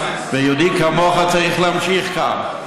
ויהודי כמוך צריך להמשיך כאן.